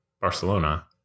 Barcelona